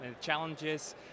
challenges